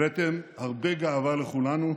הבאתם הרבה גאווה לכולנו,